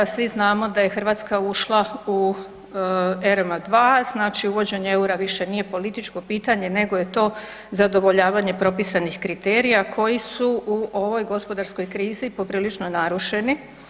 Svi znamo da je Hrvatska ušla u ERM-2 znači uvođenje EUR-a nije više političko pitanje nego je to zadovoljavanje propisanih kriterija koji su u ovoj gospodarskoj krizi poprilično narušeni.